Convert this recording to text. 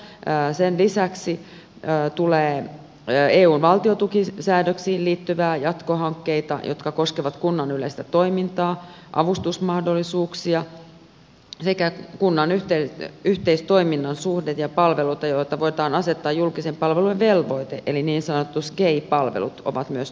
sen lisäksi tulee eun valtiontukisäädöksiin liittyviä jatkohankkeita jotka koskevat kunnan yleistä toimintaa avustusmahdollisuuksia sekä kunnan yhteistoiminnan suhdetta ja palveluita joihin voidaan asettaa julkisen palvelujen velvoite eli niin sanotut sgei palvelut ovat myös tuloillansa